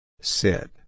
Sit